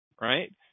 right